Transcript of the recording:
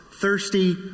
thirsty